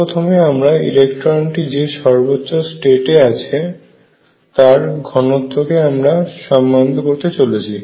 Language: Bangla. সর্ব প্রথমে আমরা ইলেকট্রন টি যে সর্বোচ্চ স্টেটে আছে তার ঘনত্বকে আমরা সম্বন্ধ করতে চলেছি